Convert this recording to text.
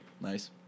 Nice